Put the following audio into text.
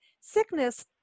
sickness